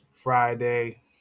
Friday